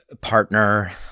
partner